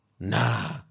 nah